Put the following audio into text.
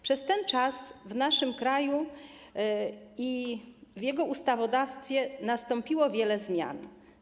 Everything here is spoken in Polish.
Przez ten czas w naszym kraju i w ustawodawstwie nastąpiło wiele zmian.